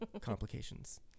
complications